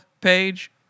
page